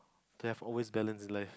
they have always balance in life